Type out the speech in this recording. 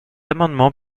amendement